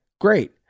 Great